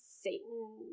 Satan